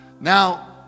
Now